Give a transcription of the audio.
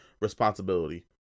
responsibility